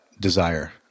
desire